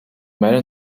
made